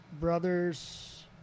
brother's